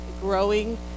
growing